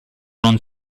non